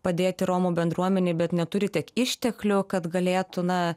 padėti romų bendruomenei bet neturi tiek išteklių kad galėtų na